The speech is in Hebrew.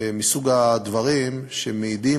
מסוג הדברים שמעידים,